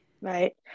Right